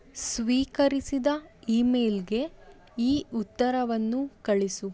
ಸ್ವೀಕರಿಸಿದ ಇಮೇಲ್ಗೆ ಈ ಉತ್ತರವನ್ನು ಕಳಿಸು